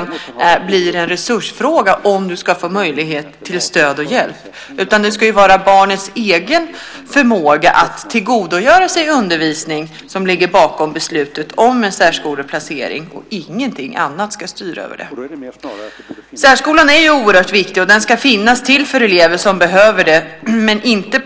Det får inte bli fråga om ifall barnet ska få möjlighet till stöd och hjälp, utan barnets egen förmåga att tillgodogöra sig undervisning ska ligga bakom beslutet om särskoleplacering. Ingenting annat ska styra det. Särskolan är oerhört viktig, och den ska finnas till för de elever som behöver den. Däremot får den inte